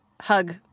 hug